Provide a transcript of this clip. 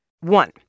One